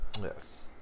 yes